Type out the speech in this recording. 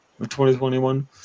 2021